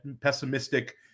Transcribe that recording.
pessimistic